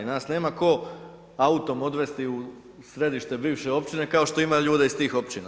Nas nema tko autom odvesti u središte bivše općine kao što ima ljude iz tih općina.